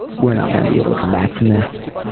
we're not going to be able to come back from this.